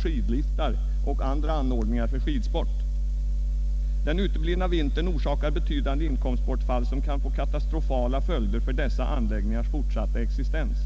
Turistnäringen, som fyller en viktig lokaliseringspolitisk funktion och som i många fall har uppbyggts med stöd av statliga medel, har på grund av rådande förhållanden råkat i en svår situation. Den uteblivna vintern orsakar betydande inkomstbortfall som kan få katastrofala följder för dessa anläggningars fortsatta existens.